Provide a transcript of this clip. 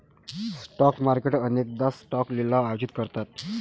stock market अनेकदा stock लिलाव आयोजित करतात